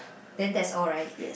then that's all right